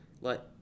let